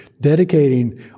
dedicating